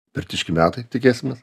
pirtiški metai tikėsimės